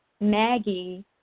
Maggie